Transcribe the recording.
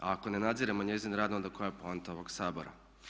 A ako ne nadziremo njezin rad onda koja je poanta ovog Sabora?